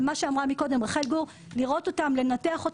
לנתח,